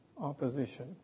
opposition